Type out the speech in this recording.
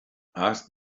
ask